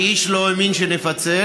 שאיש לא האמין שנפצל,